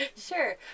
Sure